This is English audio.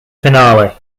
finale